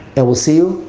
and we'll see you